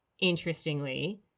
interestingly